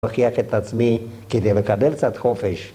ומכריח את עצמי כדי לקבל קצת חופש